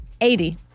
80